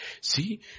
See